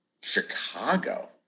Chicago